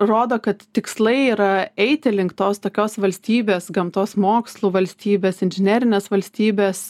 rodo kad tikslai yra eiti link tos tokios valstybės gamtos mokslų valstybės inžinerinės valstybės